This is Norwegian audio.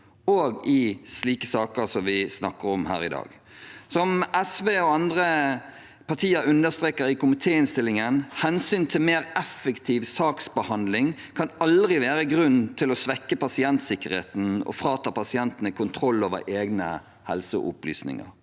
og slike saker som vi snakker om her i dag. Som SV og andre partier understreker i komitéinnstillingen, kan hensynet til mer effektiv saksbehandling aldri være grunn til å svekke pasientsikkerheten og frata pasientene kontroll over egne helseopplysninger.